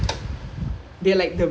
ya because